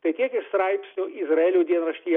tai tiek iš straipsnio izraelio dienraštyje